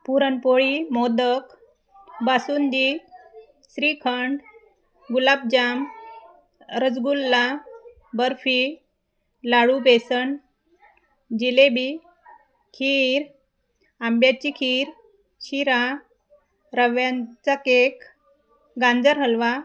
पुरणपोळी मोदक बासुंदी श्रीखंड गुलाबजाम रसगुल्ला बर्फी लाडू बेसन जिलेबी खीर आंब्याची खीर शिरा रव्याचा केक गाजर हलवा